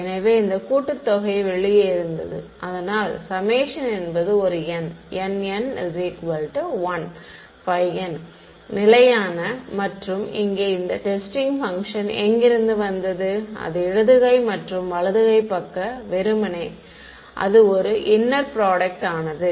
எனவே இந்த கூட்டுத்தொகை வெளியே இருந்தது அதனால் Σ என்பது ஒரு எண் Nn 1 φn நிலையான மற்றும் இங்கே இந்த டெஸ்டிங் பங்க்ஷன் எங்கிருந்து வந்தது அது இடது கை மற்றும் வலது கை பக்க வெறுமனே அது ஒரு இன்னர் ப்ரோடுக்ட் ஆனது